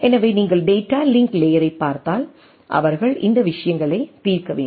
எனவே நீங்கள் data link லேயரைப் பார்த்தால் அவர்கள் இந்த விஷயங்களைத் தீர்க்க வேண்டும்